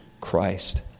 Christ